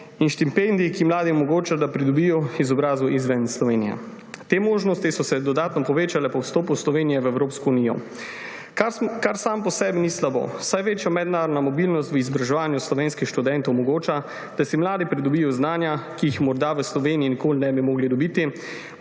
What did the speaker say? in štipendij, ki mladim omogočajo, da pridobijo izobrazbo izven Slovenije. Te možnosti so se dodatno povečale po vstopu Slovenije v Evropsko unijo, kar samo po sebi ni slabo, saj večja mednarodna mobilnost v izobraževanju slovenskih študentov omogoča, da si mladi pridobijo znanja, ki jih morda v Sloveniji nikoli ne bi mogli dobiti,